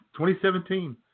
2017